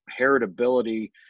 heritability